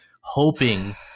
hoping